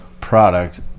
product